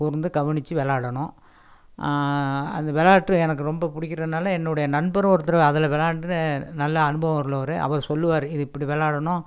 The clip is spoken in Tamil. கூர்ந்து கவனிச்சி விளாடணும் அது விளாட்டு எனக்கு ரொம்ப பிடிக்கிறதுனால என்னுடைய நண்பரும் ஒருத்தர் அதில் விளாண்டு நல்ல அனுபவம் உள்ளவர் அவர் சொல்லுவார் இது இப்படி விளாடுணும்